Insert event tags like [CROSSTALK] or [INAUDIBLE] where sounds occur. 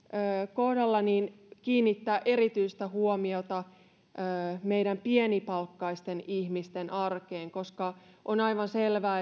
kohdalla kiinnittää erityistä huomiota meillä pienipalkkaisten ihmisten arkeen on aivan selvää [UNINTELLIGIBLE]